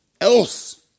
else